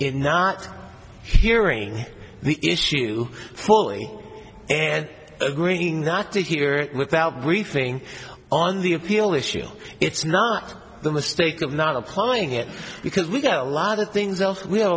in not hearing the issue fully and agreeing that to hear it without briefing on the appeal issue it's not the mistake of not applying it because we go a lot of things else we have